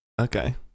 Okay